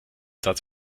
satz